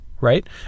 right